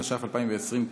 התש"ף 2020,